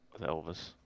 Elvis